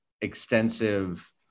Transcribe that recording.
extensive